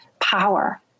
Power